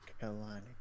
Carolina